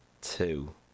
two